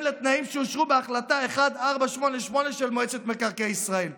לתנאים שאושרו בהחלטה 1488 של מועצת מקרקעי ישראל".